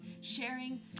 sharing